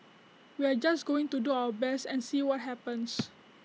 we are just going to do our best and see what happens